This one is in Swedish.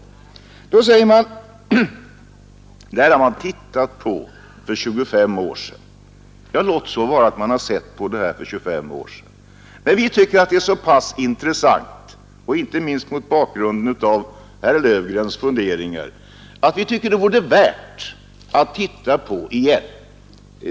Då sägs det att man har undersökt den möjligheten för 25 år sedan. Ja, låt så vara att man har gjort det för 25 år sedan; vi tycker att frågan är så intressant — inte minst mot bakgrunden av herr Löfgrens funderingar — att det vore värt att se på den igen.